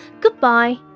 Goodbye